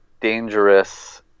dangerous